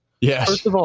Yes